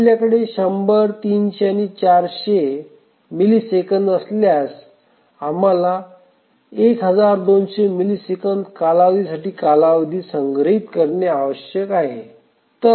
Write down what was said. आमच्याकडे 100 300 आणि 400 असल्यास आम्हाला 1200 मिलिसेकंद कालावधीसाठी कालावधी संग्रहित करणे आवश्यक आहे